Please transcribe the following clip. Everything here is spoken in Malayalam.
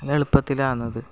അങ്ങനെ എളുപ്പത്തിലാണത്